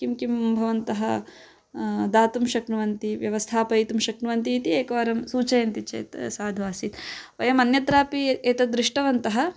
किं किं भवन्तः दातुं शक्नुवन्ति व्यवस्थापयितुं शक्नुवन्ति इति एकवारं सूचयन्ति चेत् साधु आसीत् वयम् अन्यत्रापि एतद् दृष्टवन्तः